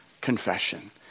confession